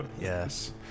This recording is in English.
Yes